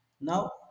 Now